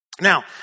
Now